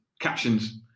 captions